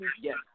yes